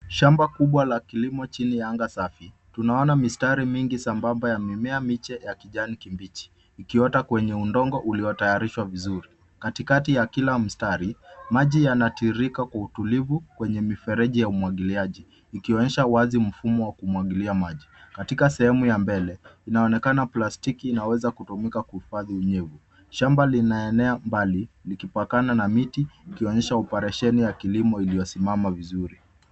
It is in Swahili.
Shamba kubwa la kilimo chini ya anga safi. Tunaona mistari mingi sambamba ya mimea miche ya kijani kibichi ikiota kwenye udongo uliotayarishwa vizuri. Katikati ya kila mstari, maji yanatiririka kwa utulivu kwenye mifereji ya umwagiliaji ikionyesha wazi mfumo wa kumwagilia maji. Katika sehemu ya mbele inaonekana plastiki inaweza kutumika kuhifadhi unyevu. Shamba linaenea mbali likipakana na miti ikionyesha operesheni ya kilimo iliyosimama vizuri.